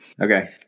okay